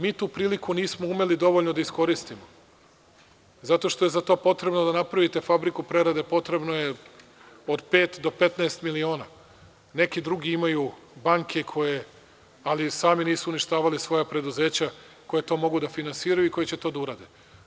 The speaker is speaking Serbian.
Mi tu priliku nismo umeli dovoljno da iskoristimo zato što je za to potrebno da napravite fabriku prerade, potrebno je od pet do 15 miliona, neki drugi imaju banke koje, ali i sami nisu uništavali svoja preduzeća koja to mogu da finansiraju i koji će to da urade.